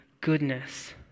goodness